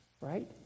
right